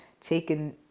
taken